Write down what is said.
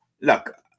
look